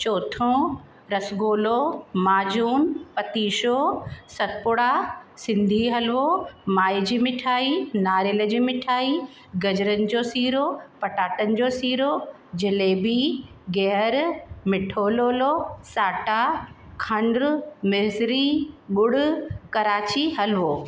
चोथो रसगुल्लो माजून पतीशो सतपुड़ा सिंधी हलवो माए जी मिठाई नारेल जी मिठाई गजरनि जो सीरो पटाटनि जो सीरो जिलेबी गिहर मिठो लोलो साटा खंडु मिसिरी ॻुड़ कराची हलवो